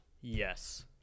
Yes